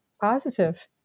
positive